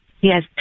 Yes